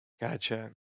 Gotcha